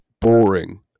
boring